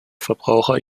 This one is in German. verbraucher